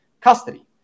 custody